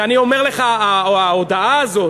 ואני אומר לך, ההודעה הזאת,